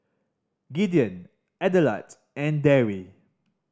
Gideon Adelard and Darry